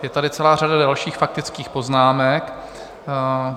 Je tady celá řada dalších faktických poznámek.